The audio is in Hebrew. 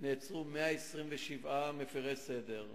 נעצרו 127 מפירי סדר,